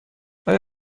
آیا